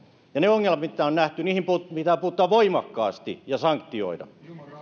ja niihin ongelmiin mitkä on nähty puututaan voimakkaasti